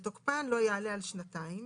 ותוקפן לא יעלה על שנתיים,